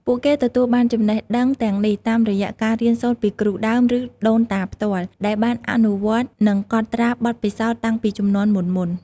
ពួកគេទទួលបានចំណេះដឹងទាំងនេះ តាមរយៈការរៀនសូត្រពីគ្រូដើម ឬដូនតាផ្ទាល់ ដែលបានអនុវត្តន៍ និងកត់ត្រាបទពិសោធន៍តាំងពីជំនាន់មុនៗ។